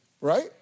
right